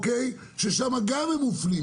שגם שם הם מופלים.